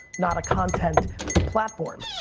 not a content platform.